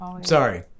sorry